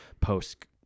post